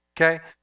Okay